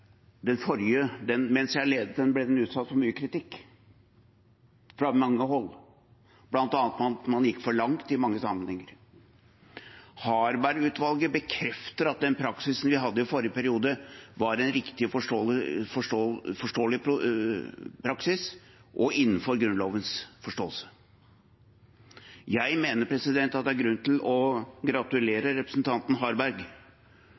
Mens jeg ledet den, ble den utsatt for mye kritikk fra mange hold, bl.a. om at man gikk for langt i mange sammenhenger. Harberg-utvalget bekrefter at den praksisen vi hadde i forrige periode, var den riktige praksis og innenfor Grunnlovens forståelse. Jeg mener at det er grunn til å gratulere representanten Harberg